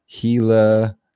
gila